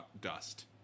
dust